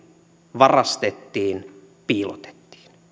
varastettiin piilotettiin